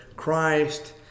Christ